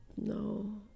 No